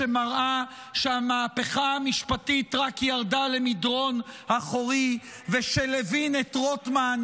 שמראה שהמהפכה המשפטית רק ירדה למדרון אחורי ושלוין את רוטמן,